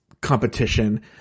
competition